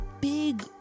big